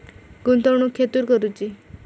गुंतवणुक खेतुर करूची?